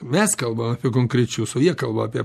mes kalbam apie konkrečius o jie kalba apie